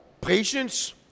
patience